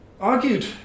argued